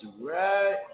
right